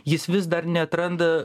jis vis dar neatranda